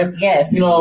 Yes